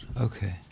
Okay